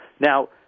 Now